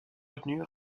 retenue